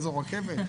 איזו רכבת,